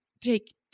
take